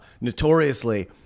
notoriously